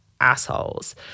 assholes